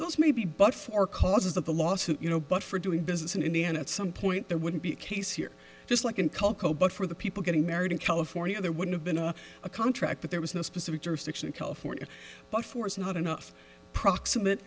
those me b but for causes of the lawsuit you know but for doing business in indiana it's some point there wouldn't be a case here just like in cult go but for the people getting married in california there would have been a a contract that there was no specific jurisdiction in california by force not enough proximate